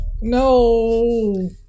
No